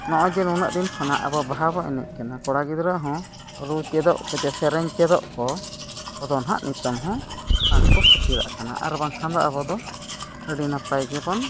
ᱱᱚᱜᱼᱚᱭ ᱡᱮ ᱱᱩᱱᱟᱹᱜ ᱫᱤᱱ ᱠᱷᱚᱱᱟᱜ ᱟᱵᱚ ᱵᱟᱦᱟ ᱵᱚᱱ ᱮᱱᱮᱡ ᱠᱟᱱᱟ ᱠᱚᱲᱟ ᱜᱤᱫᱽᱨᱟᱹ ᱦᱚᱸ ᱨᱩ ᱪᱮᱫᱚᱜ ᱠᱚ ᱪᱮ ᱥᱮ ᱥᱮᱨᱮᱧ ᱪᱮᱫᱚᱜ ᱠᱚ ᱠᱚᱫᱚ ᱱᱟᱦᱟᱜ ᱱᱤᱛᱚᱜ ᱦᱚᱸ ᱵᱟᱝ ᱠᱚ ᱠᱷᱟᱹᱛᱤᱨᱟᱜ ᱠᱟᱱᱟ ᱟᱨ ᱵᱟᱝᱠᱷᱟᱱ ᱫᱚ ᱟᱵᱚ ᱫᱚ ᱟᱹᱰᱤ ᱱᱟᱯᱟᱭ ᱜᱮᱵᱚᱱ